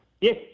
Yes